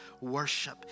worship